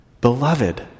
Beloved